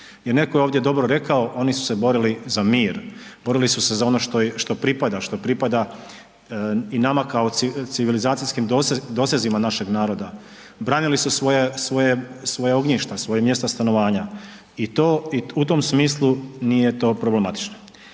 Jer neko je ovdje dobro rekao, oni su se borili za mir, borili su se za ono što pripada, što pripada i nama kao civilizacijskim dosezima našeg naroda, branili su svoja ognjišta, svoja mjesta stanovanja i u tom smislu nije to problematično.